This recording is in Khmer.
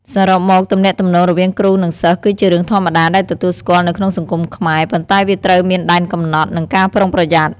សរុបមក ទំនាក់ទំនងរវាងគ្រូ និងសិស្សគឺជារឿងធម្មតាដែលទទួលស្គាល់នៅក្នុងសង្គមខ្មែរ ប៉ុន្តែវាត្រូវមានដែនកំណត់និងការប្រុងប្រយ័ត្ន។